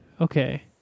Okay